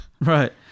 Right